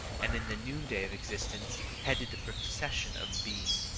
and in the noonday of existence headed the procession of being.